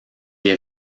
est